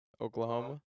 Oklahoma